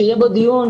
שיהיה בו דיון.